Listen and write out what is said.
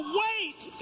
wait